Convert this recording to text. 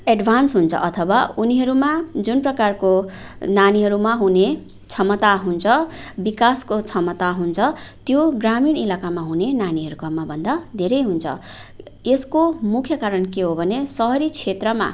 advance हुन्छ अथवा उनीहरूमा जुन प्रकारको नानीहरूमा हुने क्षमता हुन्छ विकासको क्षमता हुन्छ त्यो ग्रामीण इलाकामा हुने नानीहरूकोमा भन्दा धेरै हुन्छ यसको मुख्य कारण के हो भने सहरी क्षेत्रमा